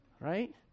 Right